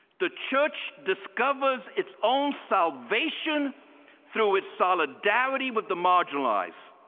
the church discovers its own salvation through its solidarity with the marginalizeed.